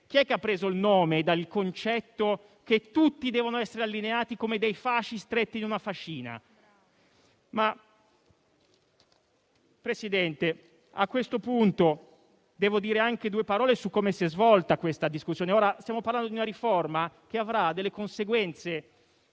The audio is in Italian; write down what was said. Chi è che ha preso ispirazione dal concetto che tutti devono essere allineati come dei fasci stretti in una fascina? Signor Presidente, a questo punto devo dire due parole anche su come si è svolta questa discussione. Stiamo parlando di una riforma che avrà delle conseguenze